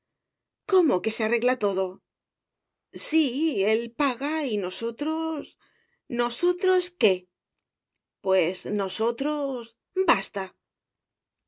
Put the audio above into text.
cómo que se arregla todo sí él paga y nosotros nosotros qué pues nosotros basta